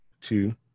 two